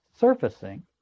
surfacing